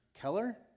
Keller